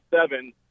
seven